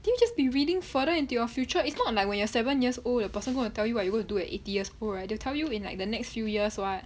then you just the reading further into your future it's not like when you are seven years old the person going to tell you what you gonna do at eighty years old right they'll tell you in like the next few years [what]